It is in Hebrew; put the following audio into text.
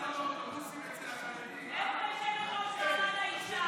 אין גבול לצביעות שלכם,